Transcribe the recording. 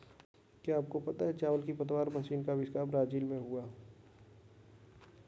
क्या आपको पता है चावल की पतवार मशीन का अविष्कार ब्राज़ील में हुआ